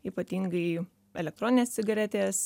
ypatingai elektroninės cigaretės